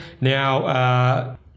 Now